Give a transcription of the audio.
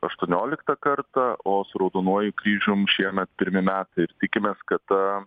aštuonioliktą kartą o su raudonuoju kryžium šiemet pirmi metai ir tikimės kad ta